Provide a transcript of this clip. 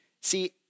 See